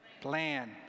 plan